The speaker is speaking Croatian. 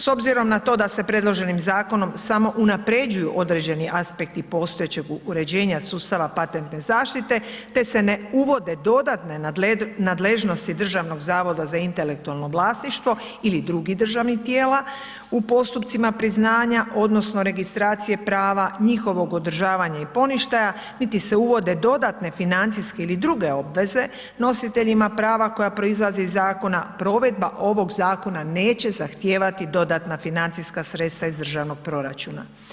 S obzirom na to da se predloženim zakonom samo unapređuju određeni aspekti postojećeg uređenja sustava patentne zaštite, te se ne uvode dodatne nadležnosti Državnog zavoda za intelektualno vlasništvo ili drugih državnih tijela u postupcima priznanja odnosno registracije prava njihovog održavanja i poništaja, niti se uvode dodatne financijske ili druge obveze nositeljima prava koja proizlaze iz zakona, provedba ovog zakona neće zahtijevati dodatna financijska sredstva iz državnog proračuna.